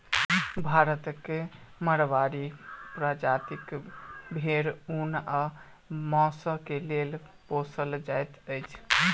भारतक माड़वाड़ी प्रजातिक भेंड़ ऊन आ मौंसक लेल पोसल जाइत अछि